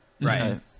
Right